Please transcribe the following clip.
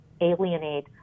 alienate